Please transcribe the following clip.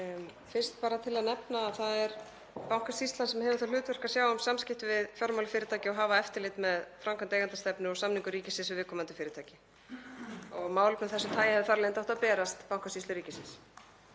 Fyrst, bara til að nefna það, er það Bankasýslan sem hefur það hlutverk að sjá um samskipti við fjármálafyrirtæki og hafa eftirlit með framkvæmd eigendastefnu og samningum ríkisins við viðkomandi fyrirtæki. Málefni af þessu tagi hefði þar af leiðandi átt að berast Bankasýslu ríkisins.